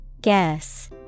Guess